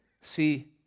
See